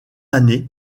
année